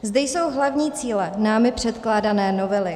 Zde jsou hlavní cíle námi předkládané novely.